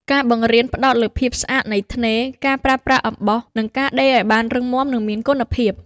ការបង្រៀនផ្តោតលើភាពស្អាតនៃថ្នេរ ការប្រើប្រាស់អំបោះ និងការដេរឱ្យបានរឹងមាំ និងមានគុណភាព។